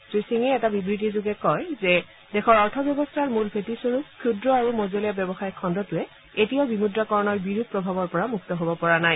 শ্ৰী সিঙে এটা বিবৃতি যোগে কয় যে দেশৰ অৰ্থব্যৱস্থাৰ মূল ভেটি স্বৰূপ ক্ষুদ্ৰ আৰু মজলীয়া ব্যৱসায় খণুটোৱে এতিয়াও বিমুদ্ৰাকৰণৰ বিৰূপ প্ৰভাৱৰ পৰা মুক্ত হব পৰা নাই